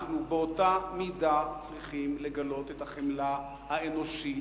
אנחנו באותה מידה צריכים לגלות את החמלה האנושית,